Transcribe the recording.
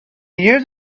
years